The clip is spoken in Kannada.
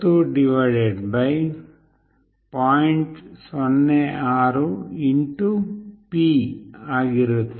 06 P ಆಗಿರುತ್ತದೆ